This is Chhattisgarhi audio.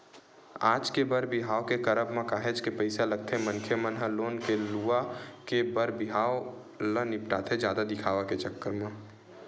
आज के बर बिहाव के करब म काहेच के पइसा लगथे मनखे मन ह लोन ले लुवा के बर बिहाव ल निपटाथे जादा दिखावा के चक्कर म